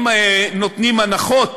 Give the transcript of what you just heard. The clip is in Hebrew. אם נותנים הנחות